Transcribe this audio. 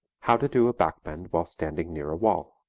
how to do a back bend while standing near a wall.